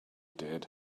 did